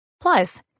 Plus